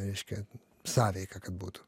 reiškia sąveika kad būtų